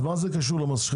אז מה זה קשור למשחטות?